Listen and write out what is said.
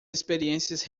experiências